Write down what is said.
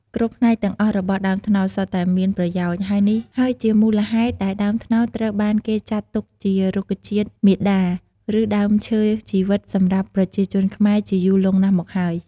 គ្រប់ផ្នែកទាំងអស់របស់ដើមត្នោតសុទ្ធតែមានប្រយោជន៍ ហើយនេះហើយជាមូលហេតុដែលដើមត្នោតត្រូវបានគេចាត់ទុកជា រុក្ខជាតិមាតា ឬដើមឈើជីវិត សម្រាប់ប្រជាជនខ្មែរជាយូរលង់ណាស់មកហើយ។